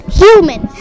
human